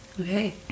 okay